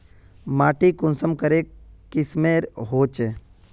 माटी कुंसम करे किस्मेर होचए?